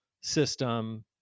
system